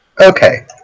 Okay